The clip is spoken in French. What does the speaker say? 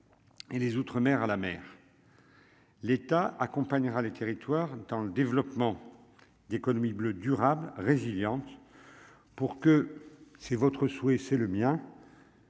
et les outre-mer à la mer. L'État accompagnera les territoires dans le développement d'économie bleue durable résilience pour que c'est votre souhait, c'est le mien.